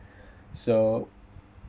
so